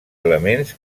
elements